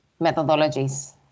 methodologies